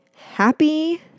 Happy